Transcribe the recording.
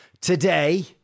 Today